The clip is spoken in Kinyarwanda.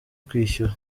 kwishyura